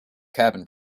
cabin